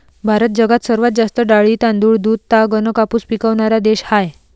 भारत जगात सर्वात जास्त डाळी, तांदूळ, दूध, ताग अन कापूस पिकवनारा देश हाय